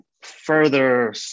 further